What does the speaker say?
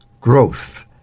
growth